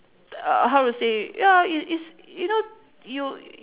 uh how to say ya i~ is you know you